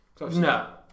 No